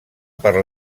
per